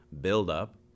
buildup